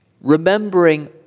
remembering